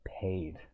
paid